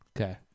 Okay